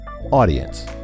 audience